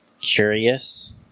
curious